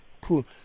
Cool